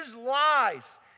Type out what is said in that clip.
lies